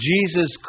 Jesus